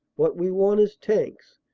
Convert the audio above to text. what we want is tanks,